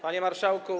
Panie Marszałku!